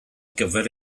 gyfer